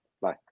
Bye